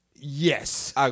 yes